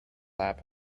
lab